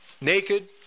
Naked